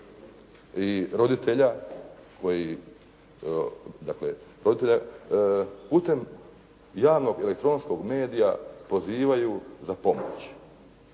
i roditelja, koji dakle, roditelja, putem javnog elektronskog medija pozivaju za pomoć?